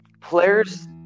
players